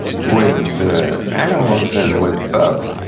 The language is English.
with animals and with buck,